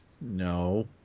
No